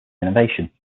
innovation